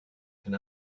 can